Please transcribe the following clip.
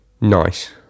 nice